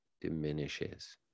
diminishes